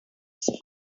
school